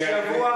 למה,